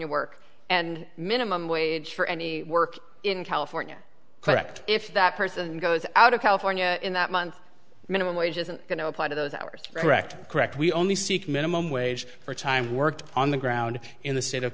a work and minimum wage for any work in california correct if that person goes out of california in that month minimum wage isn't going to apply to those hours correct correct we only seek minimum wage for time worked on the ground in the state of